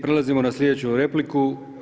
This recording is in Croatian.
Prelazimo na slijedeću repliku.